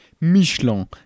Michelin